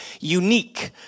unique